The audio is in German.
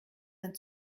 ein